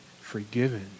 forgiven